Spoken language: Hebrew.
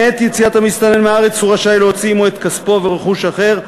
בעת יציאת המסתנן מהארץ הוא רשאי להוציא עמו את כספו ורכוש אחר.